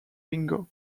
bingo